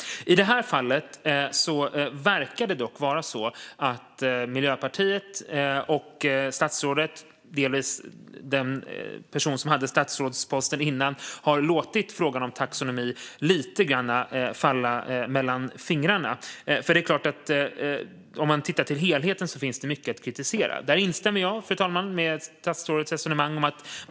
I det här fallet verkar det dock vara så att Miljöpartiet och statsrådet - och delvis den person som hade statsrådsposten tidigare - har låtit frågan om taxonomi lite grann rinna mellan fingrarna. För om man ser till helheten finns det mycket att kritisera. Där instämmer jag, fru talman, i statsrådets resonemang.